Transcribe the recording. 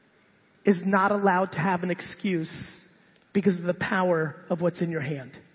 is not allowed to have an excuse because the power of what's in your hand.